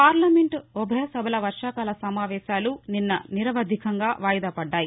parliament ఉభయసభల వర్వాకాల సమావేశాలు నిన్న నిరవధికంగా వాయిదాపడ్డాయి